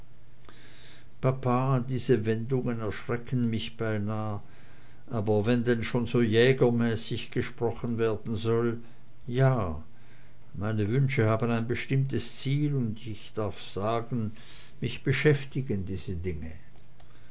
papa diese wendungen erschrecken mich beinah aber wenn denn schon so jägermäßig gesprochen werden soll ja meine wünsche haben ein bestimmtes ziel und ich darf sagen mich beschäftigen diese dinge